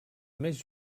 més